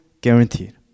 guaranteed